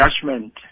judgment